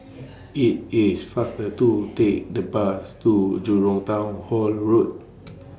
IT IS faster to Take The Bus to Jurong Town Hall Road